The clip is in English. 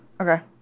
Okay